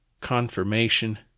Confirmation